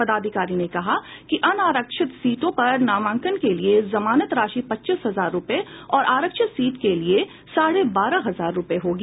पदाधिकारी ने कहा कि अनारक्षित सीट पर नामांकन के लिये जमानत राशि पच्चीस हजार रूपये और आरक्षित सीट के लिये साढ़े बारह हजार रूपये होगी